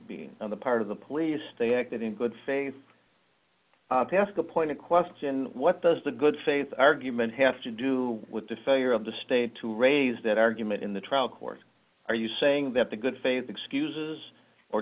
i'm on the part of the police they acted in good faith to ask the pointed question what does the good faith argument have to do with the failure of the state to raise that argument in the trial court are you saying that the good faith excuses or